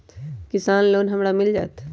किसान लोन हमरा मिल जायत?